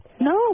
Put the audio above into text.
No